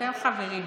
אתם חברים.